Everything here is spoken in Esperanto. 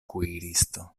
kuiristo